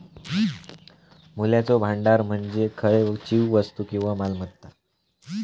मूल्याचो भांडार म्हणजे खयचीव वस्तू किंवा मालमत्ता